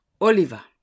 Oliver